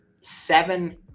seven